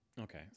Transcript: Okay